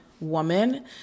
woman